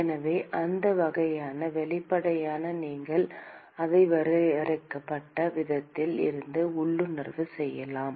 எனவே அந்த வகையான வெளிப்படையாக நீங்கள் அதை வரையறுக்கப்பட்ட விதத்தில் இருந்து உள்ளுணர்வு செய்யலாம்